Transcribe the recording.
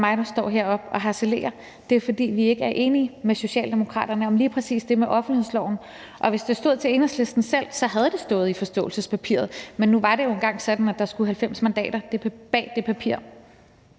mig, der står heroppe og harcelerer. Det er, fordi vi ikke er enige med Socialdemokraterne om lige præcis det med offentlighedsloven. Og hvis det stod til Enhedslisten selv, havde det stået i forståelsespapiret. Men det var jo nu engang sådan, at der skulle stå 90 mandater bag det papir.